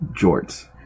Jorts